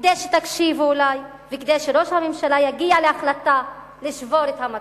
כדי שאולי תקשיבו וכדי שראש הממשלה יגיע להחלטה לשבור את המצור.